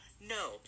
No